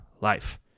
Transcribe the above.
life